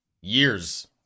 years